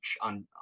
on